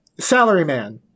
Salaryman